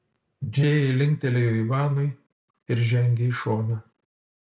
džėja linktelėjo ivanui ir žengė į šoną